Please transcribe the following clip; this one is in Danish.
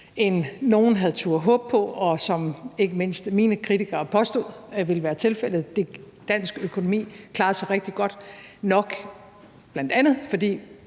end nogen havde turdet håbe på og ikke mindst mine kritikere påstod ville være tilfældet. Dansk økonomi klarede sig rigtig godt, nok bl.a. fordi